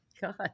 god